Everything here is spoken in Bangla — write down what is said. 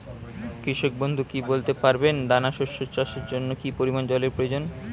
কৃষক বন্ধু কি বলতে পারবেন দানা শস্য চাষের জন্য কি পরিমান জলের প্রয়োজন?